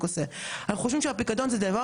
זה דבר חשוב בשביל שיהיה לאן להפקיד,